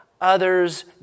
others